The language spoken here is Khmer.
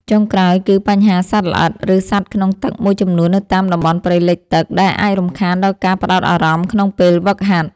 ចុងក្រោយ គឺបញ្ហាសត្វល្អិត ឬសត្វក្នុងទឹកមួយចំនួននៅតាមតំបន់ព្រៃលិចទឹក ដែលអាចរំខានដល់ការផ្ដោតអារម្មណ៍ក្នុងពេលហ្វឹកហាត់។